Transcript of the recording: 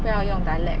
不要用 dialect